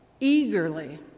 eagerly